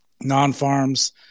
non-farms